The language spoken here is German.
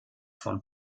von